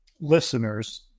listeners